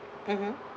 mmhmm